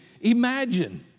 imagine